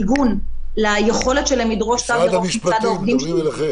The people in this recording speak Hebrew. אין שום עיגון ליכולת שלהם לדרוש תו ירוק מצד העובדים שלהם.